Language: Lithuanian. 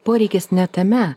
poreikis ne tame